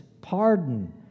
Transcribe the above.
pardon